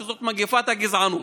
שזאת מגפת הגזענות.